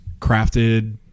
Crafted